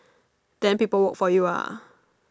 then people work for you ah